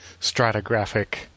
stratigraphic